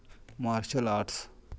martial arts